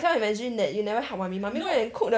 cannot imagine that you never help mummy mummy go and cook the